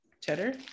Cheddar